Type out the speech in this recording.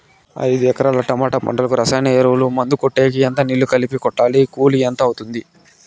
ఐదు ఎకరాల టమోటా పంటకు రసాయన ఎరువుల, మందులు కొట్టేకి ఎంత నీళ్లు కలిపి కొట్టాలి? కూలీ ఎంత అవుతుంది?